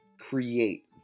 Create